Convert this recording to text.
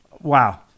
wow